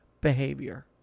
behavior